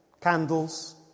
Candles